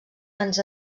ens